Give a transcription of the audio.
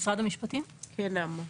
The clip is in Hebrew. כן, נעמה.